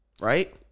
Right